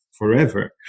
forever